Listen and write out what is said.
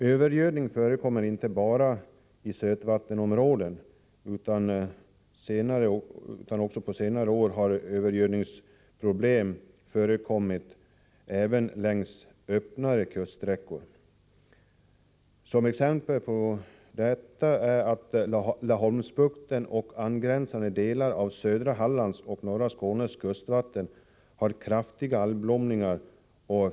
Övergödning förekommer inte bara i sötvattenområden, utan på senare år har övergödningsproblem förekommit även längs öppnare kuststräckor. Exempel härpå är att Laholmsbukten och angränsande delar av södra Hallands och norra Skånes kustvatten har kraftiga algblomningar.